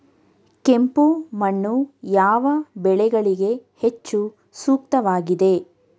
ಕೆಂಪು ಮಣ್ಣು ಯಾವ ಬೆಳೆಗಳಿಗೆ ಹೆಚ್ಚು ಸೂಕ್ತವಾಗಿದೆ?